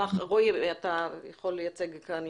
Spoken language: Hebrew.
אני